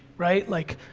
right, like,